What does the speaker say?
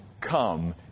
come